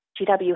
GW